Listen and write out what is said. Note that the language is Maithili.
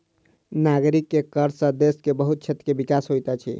नागरिक के कर सॅ देश के बहुत क्षेत्र के विकास होइत अछि